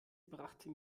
brachte